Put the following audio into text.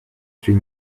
three